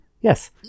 Yes